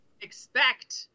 expect